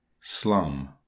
Slum